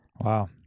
Wow